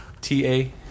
T-A